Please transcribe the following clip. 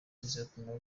bizatuma